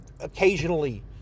occasionally